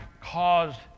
caused